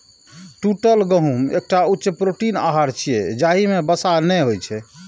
टूटल गहूम एकटा उच्च प्रोटीन आहार छियै, जाहि मे वसा नै होइ छै